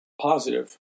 positive